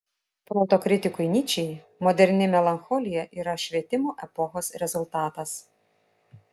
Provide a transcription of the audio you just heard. proto kritikui nyčei moderni melancholija yra švietimo epochos rezultatas